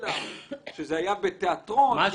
אלא שזה היה בתיאטרון.